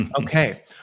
Okay